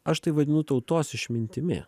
aš tai vadinu tautos išmintimi